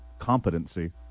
competency